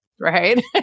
Right